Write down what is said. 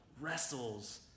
wrestles